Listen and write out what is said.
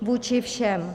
Vůči všem.